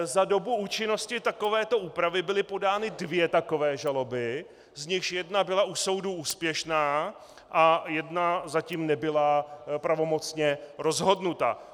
Za dobu účinnosti takovéto úpravy byly podány dvě takové žaloby, z nichž jedna byla u soudu úspěšná, jedna zatím nebyla pravomocně rozhodnuta.